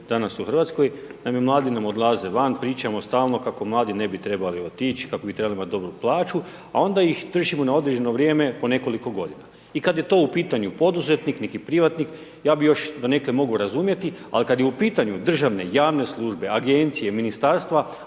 danas u RH. Naime, mladi nam odlaze van, pričamo stalno kako mladi ne bi trebali otić, kako bi trebali imati dobru plaću, a onda ih držimo na određeno vrijeme po nekoliko godina. I kad je to u pitanju poduzetnik, neki privatnik, ja bi još donekle mogao razumjeti, ali kad je u pitanju državne, javne službe, Agencije, Ministarstva,